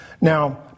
Now